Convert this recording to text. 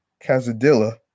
Casadilla